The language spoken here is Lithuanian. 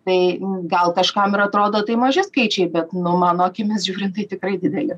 tai gal kažkam ir atrodo tai maži skaičiai bet nu mano akimis žiūrint tikrai dideli